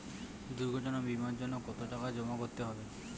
দুর্ঘটনা বিমার জন্য কত টাকা জমা করতে হবে?